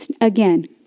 again